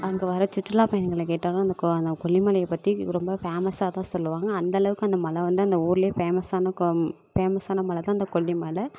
அங்கே வர சுற்றுலா பயணிகளை கேட்டாலும் நமக்கு அந்த கொல்லிமலைய பற்றி விவரமாக ஃபேமஸாக தான் சொல்லுவாங்க அந்த அளவுக்கு அந்த மலை வந்து அந்த ஊரிலேயே ஃபேமஸான கோ ஃபேமஸான மலை தான் அந்த கொல்லிமலை